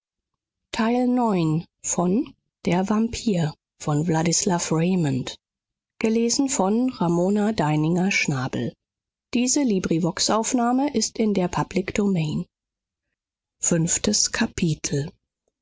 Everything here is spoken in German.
ihn fünftes kapitel